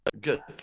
good